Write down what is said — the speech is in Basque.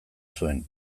zuen